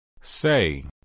Say